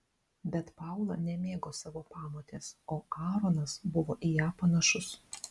bet paula nemėgo savo pamotės o aaronas buvo į ją panašus